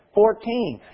fourteen